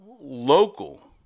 local